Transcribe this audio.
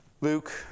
Luke